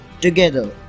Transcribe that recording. Together